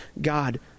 God